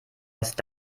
erst